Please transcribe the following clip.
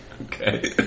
Okay